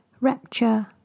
rapture